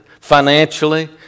financially